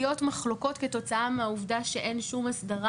מחלוקות כתוצאה מהעובדה שאין שום הסדרה